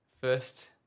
first